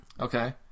Okay